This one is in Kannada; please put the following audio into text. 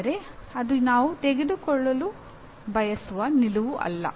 ಆದರೆ ಅದು ನಾವು ತೆಗೆದುಕೊಳ್ಳಲು ಬಯಸುವ ನಿಲುವು ಅಲ್ಲ